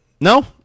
no